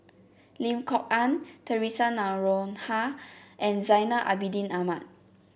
Lim Kok Ann Theresa Noronha and Zainal Abidin Ahmad